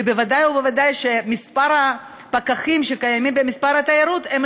ובוודאי ובוודאי שמספר הפקחים שקיימים במשרד התיירות לא